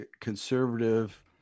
conservative